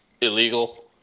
illegal